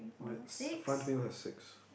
mine has front wheel has six